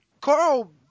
Carl